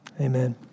amen